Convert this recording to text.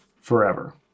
forever